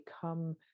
become